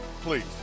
please